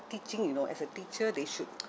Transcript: teaching you know as a teacher they should